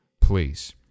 Please